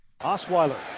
Osweiler